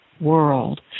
world